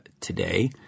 today